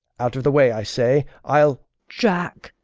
out of the way, i say, i'll jack,